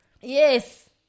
Yes